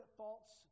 false